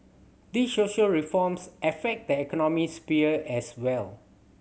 these social reforms affect the economic sphere as well